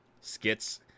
Skits